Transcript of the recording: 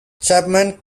chapman